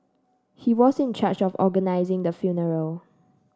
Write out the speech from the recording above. he was in charge of organising the funeral